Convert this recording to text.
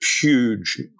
huge